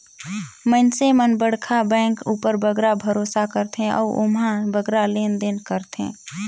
मइनसे मन बड़खा बेंक उपर बगरा भरोसा करथे अउ ओम्हां बगरा लेन देन करथें